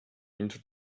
into